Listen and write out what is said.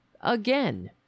again